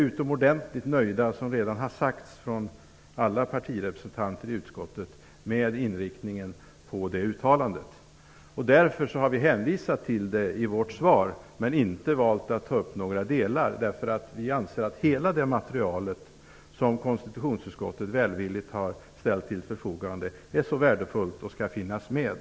Som redan har sagts från alla partirepresentanter i utskottet är vi utomordentligt nöjda med inriktningen på det uttalandet. Därför har vi hänvisat till uttalandet i vårt svar, men inte valt att ta upp några delar av det. Vi anser nämligen att hela det material som konstitutionsutskottet välvilligt har ställt till förfogande är så värdefullt att det skall finnas med.